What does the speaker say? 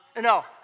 No